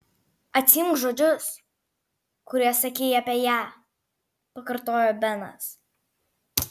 atsiimk žodžius kuriuos sakei apie ją pakartojo benas